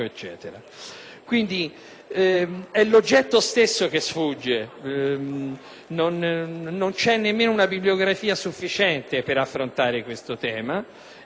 quindi, l'oggetto stesso che sfugge; non c'è nemmeno una bibliografia sufficiente per affrontare questo tema e